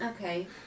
Okay